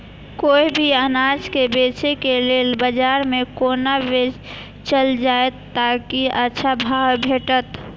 कोय भी अनाज के बेचै के लेल बाजार में कोना बेचल जाएत ताकि अच्छा भाव भेटत?